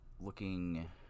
looking